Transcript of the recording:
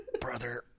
brother